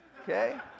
okay